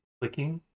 clicking